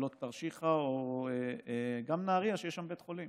מעלות-תרשיחא או גם נהריה, שיש שם בית חולים,